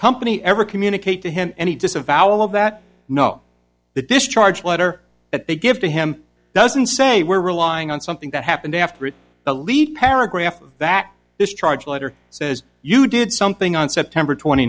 company ever communicate to him any disavowal of that know the discharge letter that they give to him doesn't say we're relying on something that happened after it a lead paragraph that discharge letter says you did something on september twenty